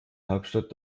hauptstadt